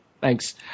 Thanks